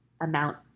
amount